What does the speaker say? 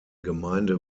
gemeinde